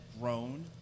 grown